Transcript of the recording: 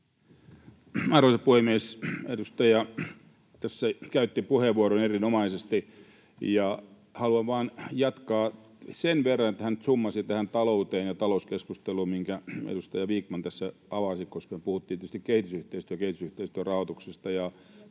Arvoisa puhemies! Edustaja tässä käytti puheenvuoron erinomaisesti, ja haluan vain jatkaa sen verran, että kun hän nyt summasi tähän talouteen ja talouskeskusteluun, minkä edustaja Vikman tässä avasi, koska me puhuttiin tietysti kehitysyhteistyöstä, kehitysyhteistyön rahoituksesta